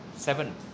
Seven